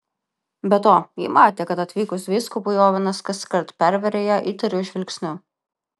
be to ji matė kad atvykus vyskupui ovenas kaskart perveria ją įtariu žvilgsniu